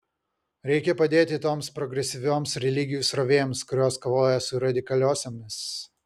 reikia padėti toms progresyviosioms religijų srovėms kurios kovoja su radikaliosiomis